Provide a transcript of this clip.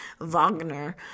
Wagner